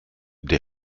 der